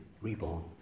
reborn